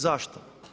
Zašto?